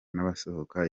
n’abasohoka